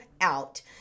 out